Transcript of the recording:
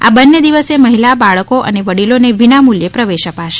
આ બંન્ને દિવસે મહિલા બાળકો અને વડિલોને વિનામૂલ્યો પ્રવેશ અપાશે